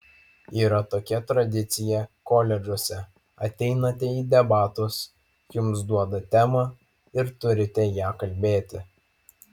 yra tokia tradicija koledžuose ateinate į debatus jums duoda temą ir turite ja kalbėti